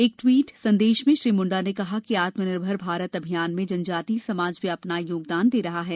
एक टवीट सन्देश में श्री मुंडा ने कहा कि आत्मनिर्भर भारत अभियान में जनजातीय समाज भी अपना योगदान दे रहा है